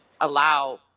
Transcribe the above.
allow